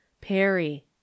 perry